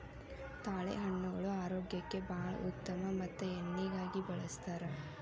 ತಾಳೆಹಣ್ಣುಗಳು ಆರೋಗ್ಯಕ್ಕೆ ಬಾಳ ಉತ್ತಮ ಮತ್ತ ಎಣ್ಣಿಗಾಗಿ ಬಳ್ಸತಾರ